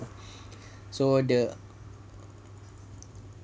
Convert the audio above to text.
so the